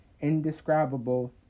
indescribable